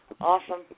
Awesome